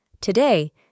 Today